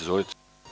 Izvolite.